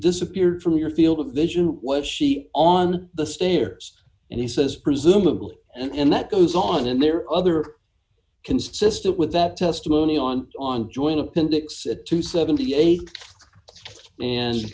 disappeared from your field of vision was she on the stairs and he says presumably and that goes on in there other consistent with that testimony on on joint appendix a to seventy eight and